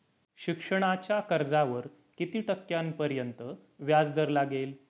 शिक्षणाच्या कर्जावर किती टक्क्यांपर्यंत व्याजदर लागेल?